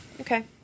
okay